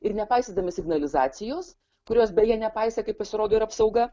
ir nepaisydami signalizacijos kurios beje nepaisė kaip pasirodo ir apsauga